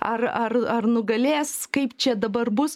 ar ar ar nugalės kaip čia dabar bus